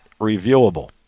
reviewable